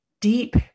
Deep